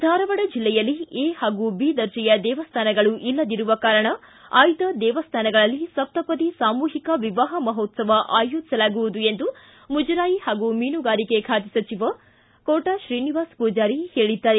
ಧಾರವಾಡ ಜಿಲ್ಲೆಯಲ್ಲಿ ಏ ಹಾಗೂ ಬಿ ದರ್ಜೆಯ ದೇವಸ್ಥಾನಗಳು ಇಲ್ಲದಿರುವ ಕಾರಣ ಆಯ್ದ ದೇವಸ್ಥಾನಗಳಲ್ಲಿ ಸಪ್ತಪದಿ ಸಾಮೂಹಿಕ ವಿವಾಹ ಮಹೋತ್ಸವ ಆಯೋಜಿಸಲಾಗುವುದು ಎಂದು ಮುಜರಾಯಿ ಹಾಗೂ ಮೀನುಗಾರಿಕೆ ಸಚಿವ ಕೋಟ ಶ್ರೀನಿವಾಸ ಪೂಜಾರಿ ಹೇಳಿದ್ದಾರೆ